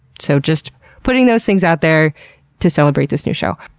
so, just putting those things out there to celebrate this new show.